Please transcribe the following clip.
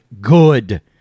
good